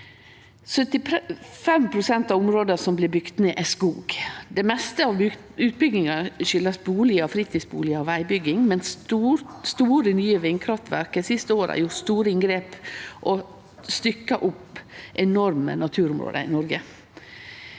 pst. av områda som blir bygde ned, er skog. Det meste av utbygginga skuldast bustader, fritidsbustader og vegbygging, men store nye vindkraftverk har dei siste åra gjort store inngrep og stykkja opp enorme naturområde i Noreg.